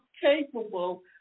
capable